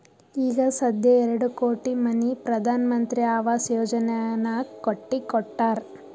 ಈಗ ಸಧ್ಯಾ ಎರಡು ಕೋಟಿ ಮನಿ ಪ್ರಧಾನ್ ಮಂತ್ರಿ ಆವಾಸ್ ಯೋಜನೆನಾಗ್ ಕಟ್ಟಿ ಕೊಟ್ಟಾರ್